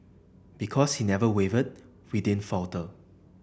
because he never wavered we didn't falter